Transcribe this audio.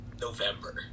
November